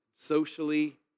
socially